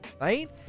right